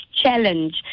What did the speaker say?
challenge